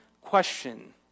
question